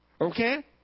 Okay